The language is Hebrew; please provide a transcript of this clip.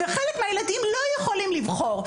וחלק מהילדים לא יכולים לבחור,